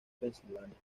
pensilvania